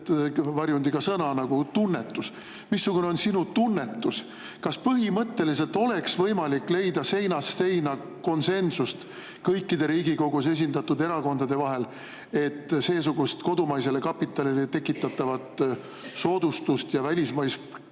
varjundiga sõna nagu "tunnetus". Kas sinu tunnetuse järgi oleks põhimõtteliselt võimalik leida konsensust kõikide Riigikogus esindatud erakondade vahel, et seesugust kodumaisele kapitalile tekitatavat soodustust ja välismaise